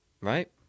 Right